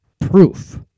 proof